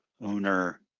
owner